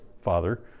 father